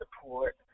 support